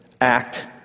act